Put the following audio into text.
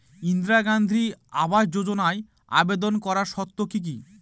ইন্দিরা গান্ধী আবাস যোজনায় আবেদন করার শর্ত কি কি?